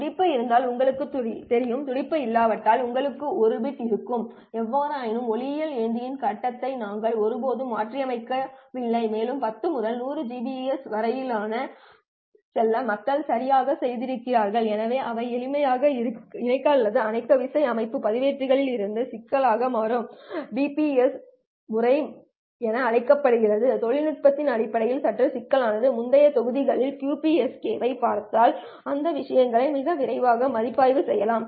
துடிப்பு இருந்தால் உங்களுக்குத் தெரியும் துடிப்பு இல்லாவிட்டால் உங்களிடம் ஒரு பிட் 0 இருக்கும் எவ்வாறாயினும் ஒளியியல் ஏந்தியின் கட்டத்தை நாங்கள் ஒருபோதும் மாற்றியமைக்கவில்லை மேலும் 10 முதல் 100 Gbps வரை செல்ல மக்கள் சரியாகச் செய்திருக்கிறார்கள் எனவே அவை எளிமையான இயக்க அல்லது அணைக்க விசை அமைப்பு பண்பேற்றகளில் இருந்து சிக்கலானவையாக மாறியது BPSK பரவும் முறை என அழைக்கப்படும் பண்பேற்ற தொழில்நுட்பத்தின் அடிப்படையிலும் சற்று சிக்கலானது முந்தைய தொகுதிகளில் QPSK ஐப் பார்த்தோம் அந்த விஷயங்களை மிக விரைவாக மதிப்பாய்வு செய்வோம்